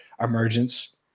emergence